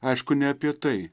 aišku ne apie tai